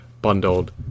bundled